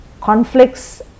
conflicts